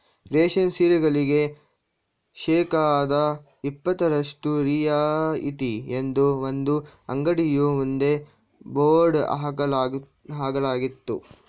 ರೇಷ್ಮೆ ಸೀರೆಗಳಿಗೆ ಶೇಕಡಾ ಇಪತ್ತರಷ್ಟು ರಿಯಾಯಿತಿ ಎಂದು ಒಂದು ಅಂಗಡಿಯ ಮುಂದೆ ಬೋರ್ಡ್ ಹಾಕಲಾಗಿತ್ತು